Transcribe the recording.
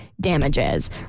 damages